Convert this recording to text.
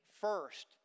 first